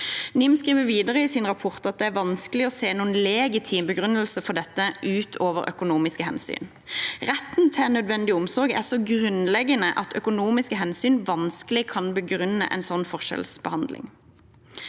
NIM skriver videre i sin rapport at det er vanskelig å se noen legitim begrunnelse for dette utover økonomiske hensyn. Retten til nødvendig omsorg er så grunnleggende at økonomiske hensyn vanskelig kan begrunne en sånn forskjellsbehandling.